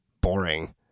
boring